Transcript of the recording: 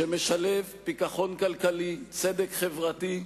שמשלב פיכחון כלכלי, צדק חברתי,